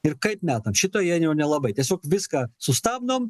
ir kaip metam šito jie jau nelabai tiesiog viską sustabdom